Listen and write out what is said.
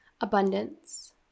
abundance